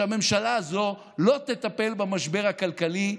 שהממשלה הזאת לא תטפל במשבר הכלכלי,